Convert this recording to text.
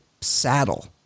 saddle